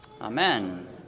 Amen